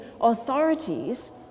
authorities